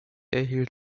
erhielt